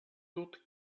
dort